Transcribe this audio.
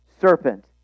serpent